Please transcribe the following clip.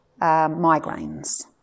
migraines